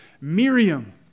Miriam